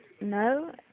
No